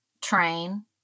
Train